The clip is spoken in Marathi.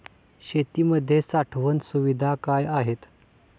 शेतीमध्ये साठवण सुविधा काय आहेत?